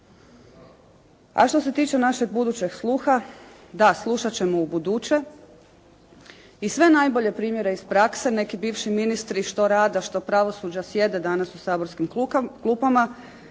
A što se tiče našeg budućeg sluha, da, slušat ćemo ubuduće i sve najbolje primjere iz prakse, neki bivši ministri što rada što pravosuđa sjede danas u saborskim klupama,